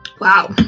wow